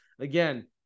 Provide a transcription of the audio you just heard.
Again